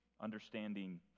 understanding